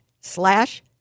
slash